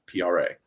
PRA